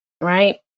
right